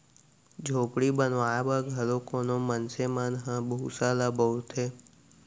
झोपड़ी बनाए बर घलौ कोनो मनसे मन ह भूसा ल बउरथे